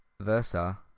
Versa